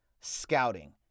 scouting